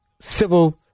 civil